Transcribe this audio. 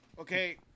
Okay